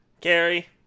Gary